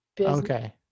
okay